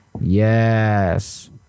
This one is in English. Yes